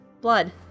blood